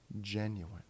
genuine